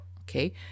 okay